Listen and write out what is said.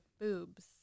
boobs